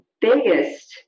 biggest